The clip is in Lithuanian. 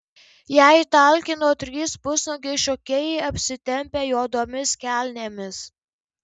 jai talkino trys pusnuogiai šokėjai apsitempę juodomis kelnėmis